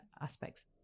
aspects